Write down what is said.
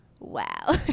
wow